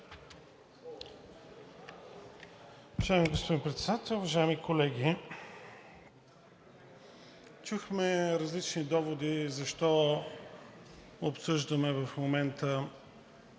Уважаеми господин Председател, уважаеми колеги! Чухме различни доводи защо обсъждаме в момента